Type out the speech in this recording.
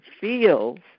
feels